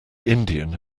indian